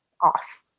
off